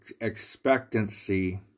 expectancy